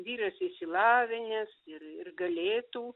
vyras išsilavinęs ir ir galėtų